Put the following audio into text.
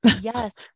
Yes